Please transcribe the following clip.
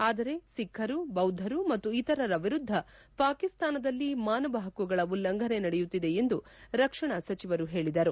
ಆದರೆ ಸಿಖ್ಖರು ಬೌದ್ವರು ಮತ್ತು ಇತರರ ವಿರುದ್ದ ಪಾಕಿಸ್ತಾನದಲ್ಲಿ ಮಾನವ ಹಕ್ಕುಗಳ ಉಲ್ಲಂಘನೆ ನಡೆಯುತ್ತಿದೆ ಎಂದು ರಕ್ಷಣಾ ಸಚಿವರು ಹೇಳಿದರು